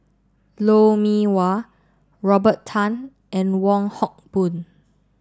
Lou Mee Wah Robert Tan and Wong Hock Boon